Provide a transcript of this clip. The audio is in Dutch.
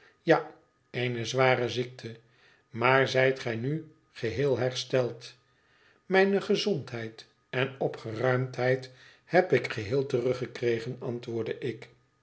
ja eene zware ziekte maar zijt gij nu geheel hersteld mijne gezondheid en opgeruimdheid heb ik geheel teruggekregen antwoordde ik